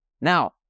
Now